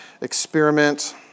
experiment